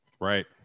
Right